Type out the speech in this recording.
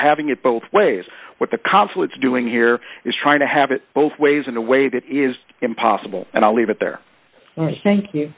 having it both ways what the consulate's doing here is trying to have it both ways in a way that is impossible and i'll leave it there thank you